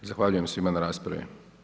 Zahvaljujem svima na raspravi.